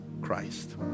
Christ